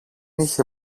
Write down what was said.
είχε